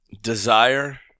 desire